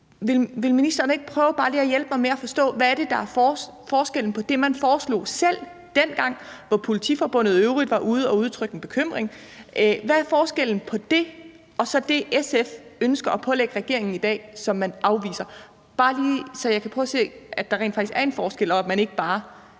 Vil ministeren ikke prøve bare lige at hjælpe mig med at forstå, hvad det er, der er forskellen på det, man foreslog selv dengang, hvor Politiforbundet i øvrigt var ude at udtrykke en bekymring, og så det, SF ønsker at pålægge regeringen i dag, som man afviser? Det er bare lige, for at jeg kan se, at der rent faktisk er en forskel, og at man ikke bare